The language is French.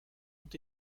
ont